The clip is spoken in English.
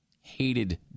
hated